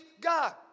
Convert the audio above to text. God